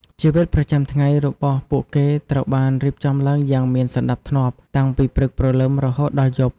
ជីវិតប្រចាំថ្ងៃរបស់ពួកគេត្រូវបានរៀបចំឡើងយ៉ាងមានសណ្ដាប់ធ្នាប់តាំងពីព្រឹកព្រលឹមរហូតដល់យប់។